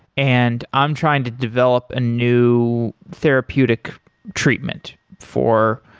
and i'm trying to develop a new therapeutic treatment for,